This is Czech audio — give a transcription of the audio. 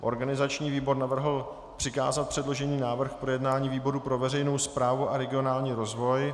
Organizační výbor navrhl přikázat předložený návrh k projednání výboru pro veřejnou správu a regionální rozvoj.